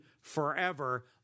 forever